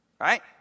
right